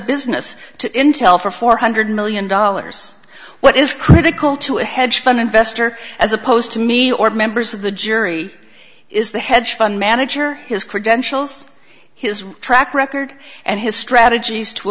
business to intel for four hundred million dollars what is critical to a hedge fund investor as opposed to me or members of the jury is the hedge fund manager his credentials his track record and his strategies to